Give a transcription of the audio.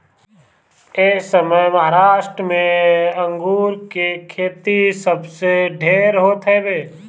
एसमय महाराष्ट्र में अंगूर के खेती सबसे ढेर होत हवे